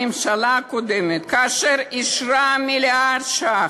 הממשלה הקודמת, כאשר אישרה מיליארד ש"ח,